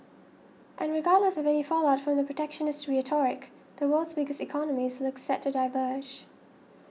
and regardless of any fallout from the protectionist rhetoric the world's biggest economies look set to diverge